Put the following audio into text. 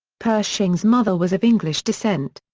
pershing's mother was of english descent.